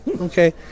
Okay